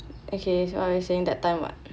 okay so what are you saying that time what